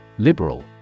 Liberal